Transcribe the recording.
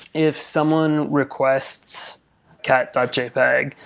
if someone requests cat jpeg,